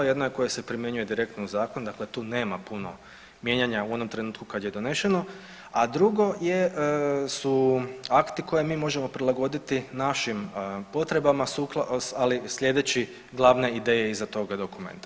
Jedna je koja se primjenjuje direktno u zakon, dakle tu nema puno mijenjanja u onom trenutku kad je donošeno, a drugo jesu akti koje mi možemo prilagoditi našim potrebama, ali slijedeći glavne ideje iza toga dokumenta.